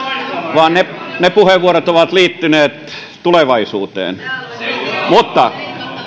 vaan ne ne puheenvuorot ovat liittyneet tulevaisuuteen mutta